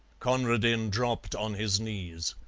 conradin dropped on his knees.